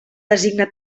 designa